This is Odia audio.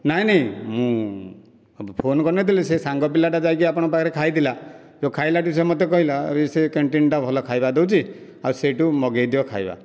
ନାଇଁ ନାଇଁ ମୁଁ ଫୋନ କରିନଥିଲି ସେ ସାଙ୍ଗ ପିଲାଟା ଯାଇକି ଆପଣଙ୍କ ପାଖରେ ଖାଇଥିଲା ଖାଇଲା ଠୁ ସେ ମୋତେ କହିଲା ସେ କ୍ଯାଣ୍ଟିନଟା ଭଲ ଖାଇବା ଦେଉଛି ଆଉ ସେଇଠୁ ମଗାଇ ଦିଅ ଖାଇବା